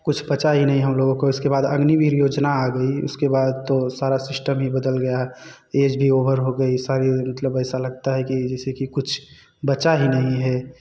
कुछ बचा ही नहीं हम लोगों को उसके बाद अग्नि वीर योजना आ गई उसके बाद तो सारा सिस्टम ही बदल गया ऐज भी ओवर हो गई सारी मतलब ऐसा लगता है कि जैसे कि कुछ बचा ही नहीं है